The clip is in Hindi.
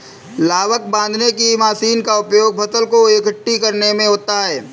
लावक बांधने की मशीन का उपयोग फसल को एकठी करने में होता है